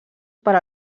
per